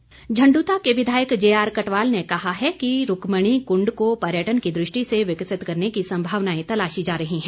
कटवाल झंडूता के विधायक जेआर कटवाल ने कहा है कि रूकमणि कुंड को पर्यटन की दृष्टि से विकसित करने की संभावनाएं तलाशी जा रही हैं